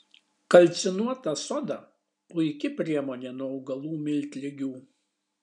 kalcinuota soda puiki priemonė nuo augalų miltligių